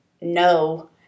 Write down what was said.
no